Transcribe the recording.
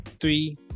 three